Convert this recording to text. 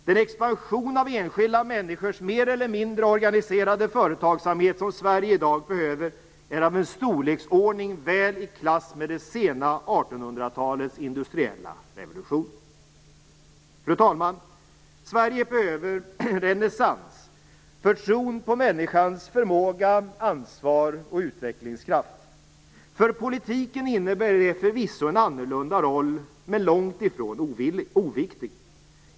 Den expansion av enskilda människors mer eller mindre organiserade företagsamhet som Sverige i dag behöver är av en storleksordning väl i klass med det sena 1800-talets industriella revolution. Fru talman! Sverige behöver en renässans för tron på människans förmåga, ansvar och utvecklingskraft. För politiken innebär det förvisso en annorlunda roll, men den är långt ifrån oviktig.